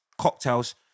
cocktails